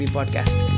Podcast